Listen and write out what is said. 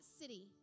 city